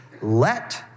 let